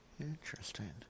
Interesting